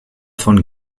von